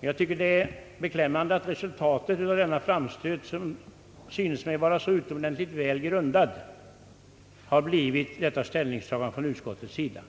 Jag tycker det är beklämmande att resultatet av denna framstöt, som synes mig vara så utomordentligt väl grundad, har blivit detta utskottets ställningstagande.